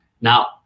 Now